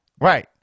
right